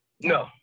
no